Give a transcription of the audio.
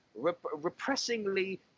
repressingly